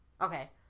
okay